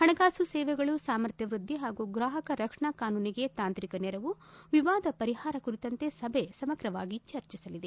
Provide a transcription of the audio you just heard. ಹಣಕಾಸು ಸೇವೆಗಳು ಸಾಮರ್ಥ್ಲ ವ್ಯದ್ದಿ ಹಾಗೂ ಗ್ರಾಹಕ ರಕ್ಷಣಾ ಕಾನೂನಿಗೆ ತಾಂತ್ರಿಕ ನೆರವು ವಿವಾದ ಪರಿಹಾರ ಕುರಿತಂತೆ ಸಭೆ ಸಮಗ್ರವಾಗಿ ಚರ್ಚಿಸಲಿದೆ